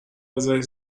بزارش